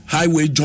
Highway